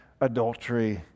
adultery